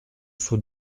sous